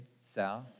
South